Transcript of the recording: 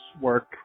work